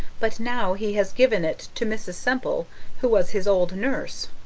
but now he has given it to mrs. semple who was his old nurse.